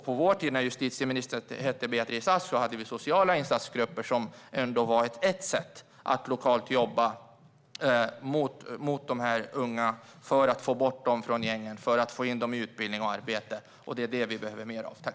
På vår tid när justitieministern hette Beatrice Ask hade vi sociala insatsgrupper som ändå var ett sätt att lokalt jobba mot de unga för att få bort dem från gängen och in i utbildning och arbete. Det är vad vi behöver mer av.